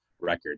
record